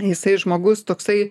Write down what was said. jisai žmogus toksai